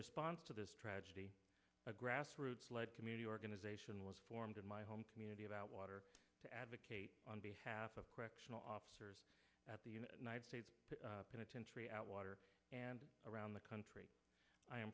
response to this tragedy a grassroots led community organization was formed in my home community about water to advocate on behalf of correctional officers at the united states penitentiary out water and around the country i am